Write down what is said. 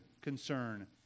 concern